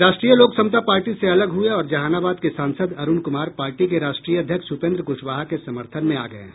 राष्ट्रीय लोक समता पार्टी से अलग हुए और जहानाबाद के सांसद अरूण कुमार पार्टी के राष्ट्रीय अध्यक्ष उपेन्द्र कुशवाहा के समर्थन में आ गये हैं